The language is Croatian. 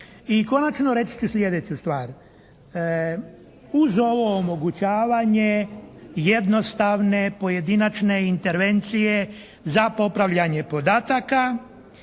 I konačno reći ću sljedeću stvar. Uz ovo omogućavanje jednostavne pojedinačne intervencije za popravljanje podataka